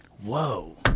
Whoa